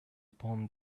upon